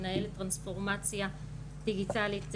מנהלת טרנספורמציה דיגיטלית,